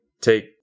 take